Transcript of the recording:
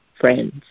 friends